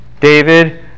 David